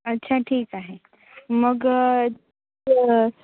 अच्छा ठीक आहे मग तो